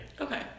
Okay